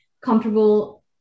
comfortable